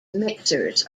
mixers